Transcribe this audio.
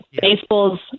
Baseball's